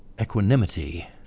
equanimity